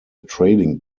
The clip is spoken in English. trading